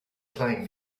playing